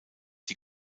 die